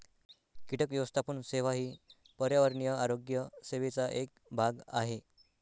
कीटक व्यवस्थापन सेवा ही पर्यावरणीय आरोग्य सेवेचा एक भाग आहे